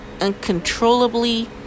uncontrollably